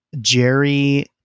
Jerry